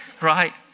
right